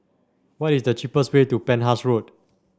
what is the cheapest way to Penhas Road